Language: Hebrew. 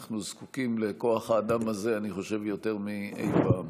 אנחנו זקוקים לכוח האדם הזה יותר מאי פעם.